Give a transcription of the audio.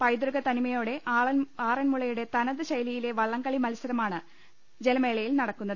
പൈതൃക തനിമയോടെ ആറന്മുളയുടെ തനത് ശൈലിയിലെ വള്ളംകളി മത്സരമാണ് ജലമേളയിൽ നടക്കുന്നത്